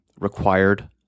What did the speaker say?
required